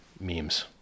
memes